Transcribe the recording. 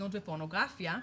זנות ופורנוגרפיה,